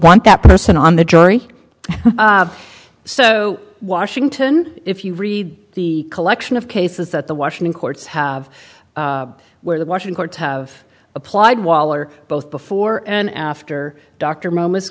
want that person on the jury so washington if you read the collection of cases that the washington courts have where the washing courts have applied waller both before and after dr mom